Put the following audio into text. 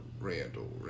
Randall